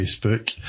Facebook